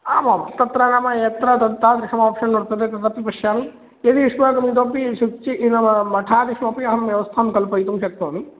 आमां तत्र नाम यत्र तत् तादृशमाप्शन् वर्तते तदपि पश्यामि यदि युष्माकम् इतोपि शुच्चि नाम मठादिषु अपि अहं व्यवस्थां कल्पयितुं शक्नोमि